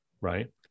Right